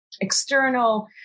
external